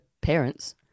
parents